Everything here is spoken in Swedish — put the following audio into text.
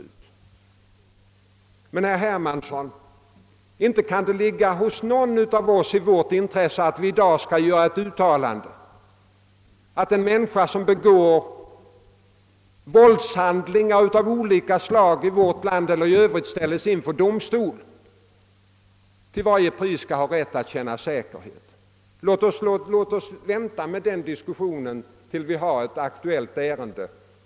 Men, herr Hermansson, inte kan det ligga i någons intresse att vi i dag gör det uttalandet att en människa, som här begår våldshandlingar av olika slag eller i övrigt ställs inför domstol, till varje pris skall ha rätt att känna säkerhet. Låt oss vänta med den diskussionen tills vi har ett aktuellt ärende!